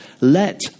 let